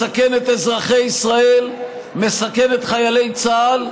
מסכן את אזרחי ישראל, מסכן את חיילי צה"ל,